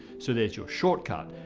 so there's your shortcut.